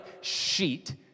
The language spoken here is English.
sheet